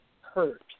hurt